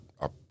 up